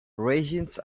raisins